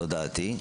זו דעתי,